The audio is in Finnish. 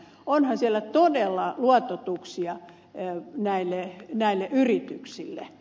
onhan siellä todella luototuksia näille yrityksille